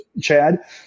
Chad